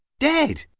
dead!